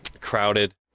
crowded